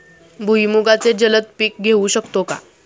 भुईमुगाचे जलद पीक घेऊ शकतो का?